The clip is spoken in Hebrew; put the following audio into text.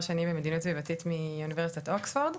שני במדיניות סביבתית מאוניברסיטת אוקספורד,